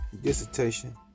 dissertation